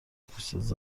پوستت